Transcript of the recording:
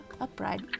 Upright